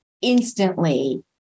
instantly